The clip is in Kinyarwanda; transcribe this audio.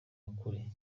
ukuri